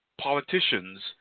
politicians